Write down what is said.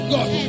God